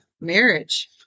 Marriage